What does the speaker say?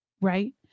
right